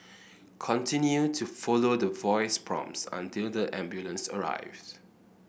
continue to follow the voice prompts until the ambulance arrives